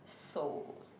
so